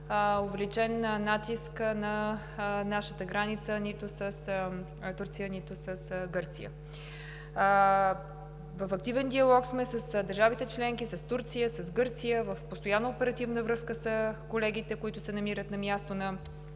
увеличен натиск на нашата граница нито с Турция, нито с Гърция. В активен диалог сме с държавите членки, с Турция, с Гърция. В постоянна оперативна връзка са колегите, които се намират на място на